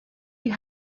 you